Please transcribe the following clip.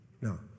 No